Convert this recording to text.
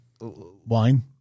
Wine